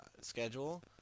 schedule